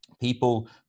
people